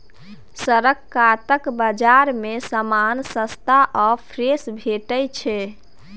सड़क कातक बजार मे समान सस्ता आ फ्रेश भेटैत छै